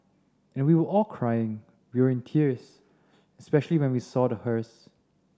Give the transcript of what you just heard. and we were all crying we were in tears especially when we saw the hearse